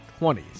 20s